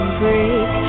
break